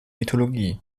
mythologie